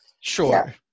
sure